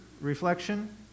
reflection